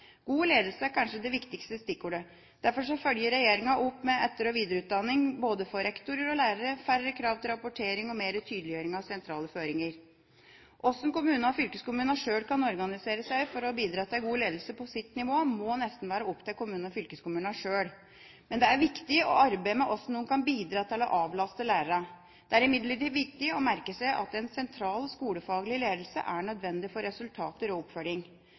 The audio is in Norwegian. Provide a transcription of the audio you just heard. God ledelse er kanskje det viktigste stikkordet. Derfor følger regjeringa opp med etter- og videreutdanning både for rektorer og lærere, færre krav til rapportering og mer tydeliggjøring av sentrale føringer. Hvordan kommunene og fylkeskommunene sjøl kan organisere seg for å bidra til god ledelse på sitt nivå, må nesten være opp til kommunene og fylkeskommunene sjøl. Men det er viktig å arbeide med hvordan de kan bidra til å avlaste lærerne. Det er imidlertid viktig å merke seg at en sentral skolefaglig ledelse er nødvendig for resultater og oppfølging.